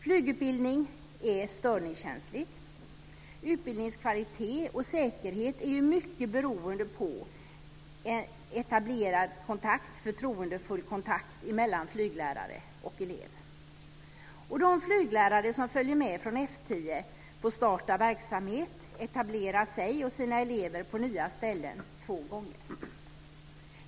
Flygutbildningen är störningskänslig. Utbildningens kvalitet och säkerhet är mycket beroende av en etablerad och förtroendefull kontakt mellan flyglärare och elev. De flyglärare som följer med från F 10 får starta verksamhet och etablera sig och sina elever på nya ställen två gånger.